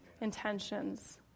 intentions